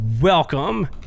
welcome